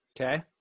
Okay